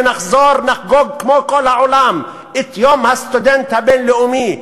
ונחזור ונחגוג כמו כל העולם את יום הסטודנט הבין-לאומי,